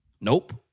Nope